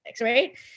right